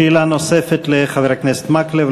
שאלה נוספת לחבר הכנסת מקלב.